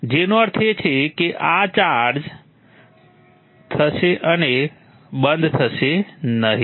જેનો અર્થ છે કે આ ચાર્જ થશે અને આ બંધ થશે નહીં